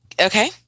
Okay